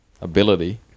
ability